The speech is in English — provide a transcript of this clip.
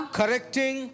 correcting